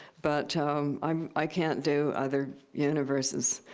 but um um i can't do other universes.